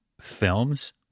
films